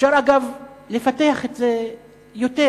אגב, אפשר לפתח את זה יותר,